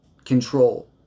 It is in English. control